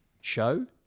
show